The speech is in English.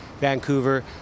Vancouver